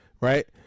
right